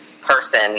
person